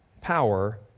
power